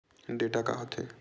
Data का होथे?